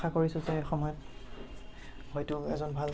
আশা কৰিছোঁ যে এসময়ত হয়তো এজন ভাল